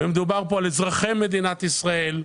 מדובר פה על אזרחי מדינת ישראל,